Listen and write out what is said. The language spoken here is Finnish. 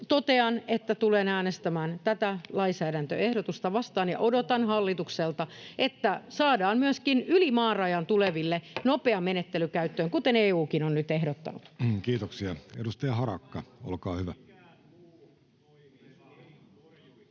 totean, että tulen äänestämään tätä lainsäädäntöehdotusta vastaan, ja odotan hallitukselta, että saadaan myöskin yli maarajan tuleville nopea menettely käyttöön, kuten EU:kin on nyt ehdottanut. Kiitoksia. — Edustaja Harakka, olkaa hyvä.